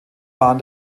waren